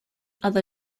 other